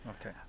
Okay